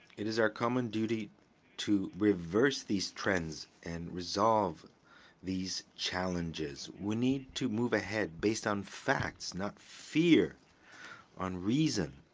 it is our common duty to reverse these trends and resolve these challenges. we need to move ahead based on facts, not fear on reason,